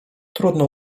trudno